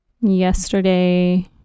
yesterday